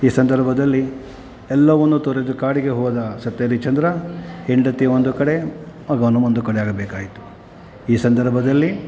ಈ ಸಂದರ್ಭದಲ್ಲಿ ಎಲ್ಲವನ್ನೂ ತೊರೆದು ಕಾಡಿಗೆ ಹೋದ ಸತ್ಯ ಹರಿಶ್ಚಂದ್ರ ಹೆಂಡತಿ ಒಂದು ಕಡೆ ಮಗನು ಒಂದು ಕಡೆ ಆಗಬೇಕಾಯಿತು ಈ ಸಂದರ್ಭದಲ್ಲಿ